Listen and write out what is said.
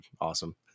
awesome